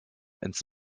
ins